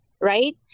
right